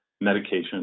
medication